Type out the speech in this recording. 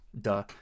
duh